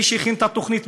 מי שהכין את התוכנית,